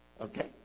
Okay